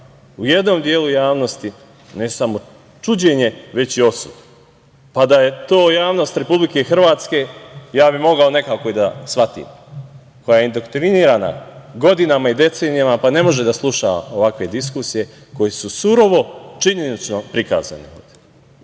u jednom delu javnosti ne samo čuđenje, već i osudu. Pa da je to javnost Republike Hrvatske, ja bih mogao nekako i da shvatim, koja je indoktrinirana godinama i decenijama, pa ne može da sluša ovakve diskusije koje su surovo činjenično prikazane. Šta